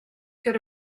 could